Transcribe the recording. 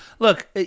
Look